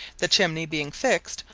the chimney being fixed,